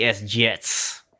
Jets